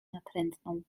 natrętną